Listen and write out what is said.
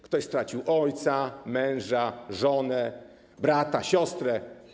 Ktoś stracił ojca, męża, żonę, brata, siostrę.